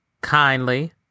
kindly